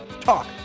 Talk